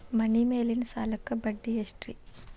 ಮನಿ ಮೇಲಿನ ಸಾಲಕ್ಕ ಬಡ್ಡಿ ಎಷ್ಟ್ರಿ?